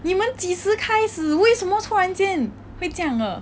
你们几时开始为什么突然间会这样的